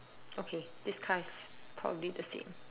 okay this car is probably the same